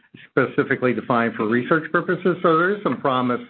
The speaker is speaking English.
specifically defined for research purposes. so, there is some promising